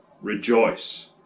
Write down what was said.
rejoice